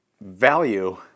value